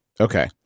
Okay